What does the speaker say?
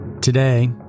Today